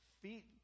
feet